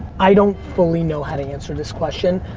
i don't fully know how to answer this question.